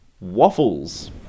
Waffles